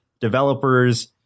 developers